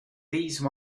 these